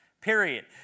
Period